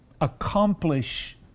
accomplish